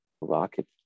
rocket